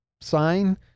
sign